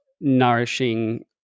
nourishing